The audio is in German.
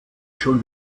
schon